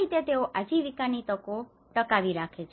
અને આ રીતે તેઓ આજીવિકાની તકો ટકાવી રાખે છે